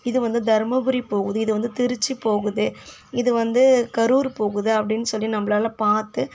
இது வந்து தருமபுரி போகுது இது வந்து திருச்சி போகுது இது வந்து கரூர் போகுது அப்படினு சொல்லி நம்மளால பார்த்து